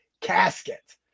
casket